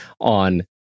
on